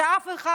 שאף אחד